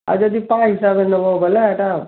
ଆଉ ଯଦି ପାଏ ହିସାବେ ନେବ ବେଲେ ହେଟା